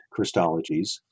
Christologies